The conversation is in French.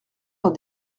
dans